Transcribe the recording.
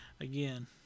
again